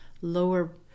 lower